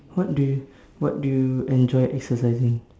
what do you what do you enjoy exercising